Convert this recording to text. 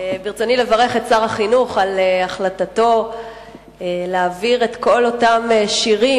ברצוני לברך את שר החינוך על החלטתו להעביר את כל אותם שירים